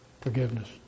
forgiveness